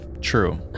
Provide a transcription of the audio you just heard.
true